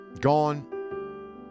Gone